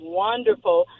wonderful